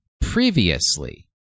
previously